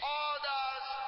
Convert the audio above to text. other's